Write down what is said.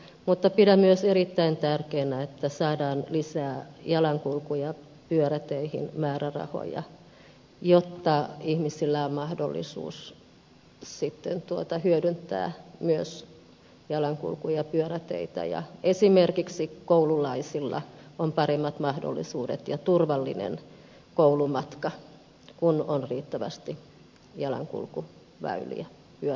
mutta pidän myös erittäin tärkeänä että saadaan jalankulku ja pyöräteihin lisää määrärahoja jotta ihmisillä on mahdollisuus hyödyntää myös jalankulku ja pyöräteitä ja esimerkiksi koululaisilla on paremmat mahdollisuudet ja turvallinen koulumatka kun on riittävästi jalankulkuväyliä pyöräväyliä